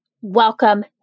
welcome